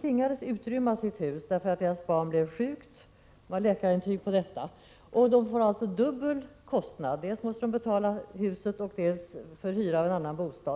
tvingades utrymma sitt hus, eftersom barnet i familjen blev sjukt. Det finns läkarintyg på detta. Resultatet har blivit att de får dubbel kostnad. De måste betala dels för huset, dels för hyra av en annan bostad.